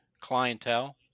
clientele